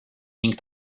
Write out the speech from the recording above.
ning